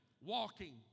walking